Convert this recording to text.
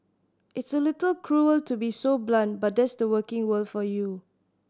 it's a little cruel to be so blunt but that's the working world for you